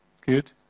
good